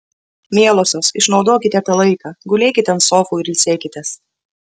mielosios išnaudokite tą laiką gulėkite ant sofų ir ilsėkitės